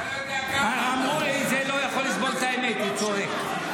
הוא לא יכול לסבול את האמת, הוא צועק.